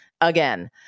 again